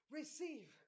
receive